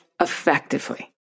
effectively